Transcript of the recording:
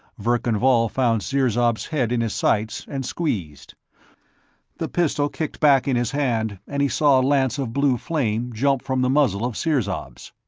verkan vall found sirzob's head in his sights and squeezed the pistol kicked back in his hand, and he saw a lance of blue flame jump from the muzzle of sirzob's.